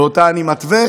ואותה אני מתווה.